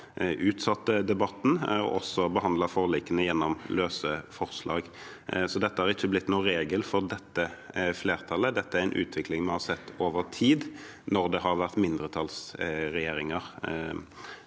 utsatte debatten, og behandlet også forlikene gjennom løse forslag. Så dette har ikke blitt noen regel for dette flertallet, dette er en utvikling vi har sett over tid når det har vært mindretallsregjeringer